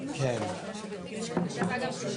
היום 20 במרץ 2023,